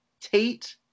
Tate